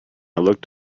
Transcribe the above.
looked